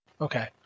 Okay